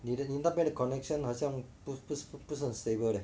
你这你那边 connection 好像不是不是很 stable leh